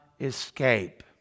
escape